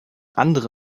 andere